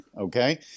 Okay